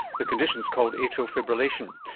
the condition's called atrial fibrillation.